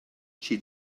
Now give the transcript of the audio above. she